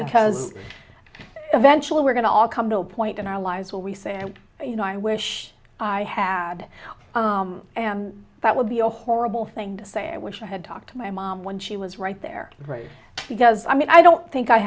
because eventually we're going to all come to a point in our lives where we say and you know i wish i had that would be a horrible thing to say i wish i had talked to my mom when she was right there right because i mean i don't think i